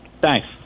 Thanks